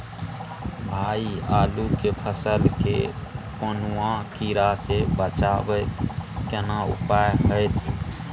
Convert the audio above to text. भाई आलू के फसल के कौनुआ कीरा से बचाबै के केना उपाय हैयत?